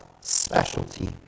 specialty